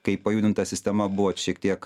kai pajudinta sistema buvo šiek tiek